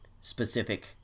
specific